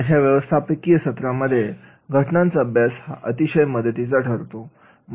अशा व्यवस्थापकीय सत्रमध्ये घटनांचा अभ्यास अतिशय मदतीचा ठरतो